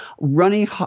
runny